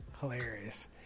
Hilarious